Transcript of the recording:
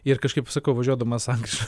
ir kažkaip sakau važiuodamas sankryžoj